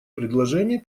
предложений